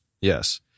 yes